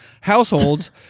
households